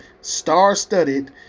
star-studded